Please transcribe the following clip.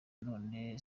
none